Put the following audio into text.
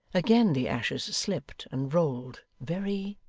again the ashes slipped and rolled very,